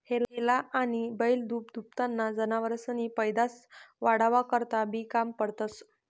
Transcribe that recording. हेला आनी बैल दूधदूभताना जनावरेसनी पैदास वाढावा करता बी काम पडतंस